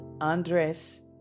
Andres